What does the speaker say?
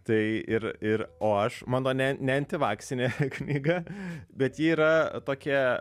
tai ir ir o aš mano ne ne antivakcinė knyga bet ji yra tokia